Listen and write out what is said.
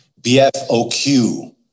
BFOQ